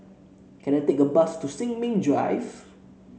can I take a bus to Sin Ming Drive